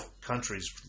countries